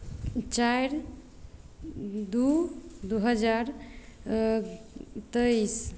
चारि दू दू हजार तेइस